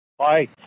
Hi